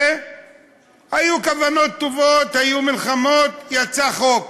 והיו כוונות טובות, היו מלחמות, יצא חוק,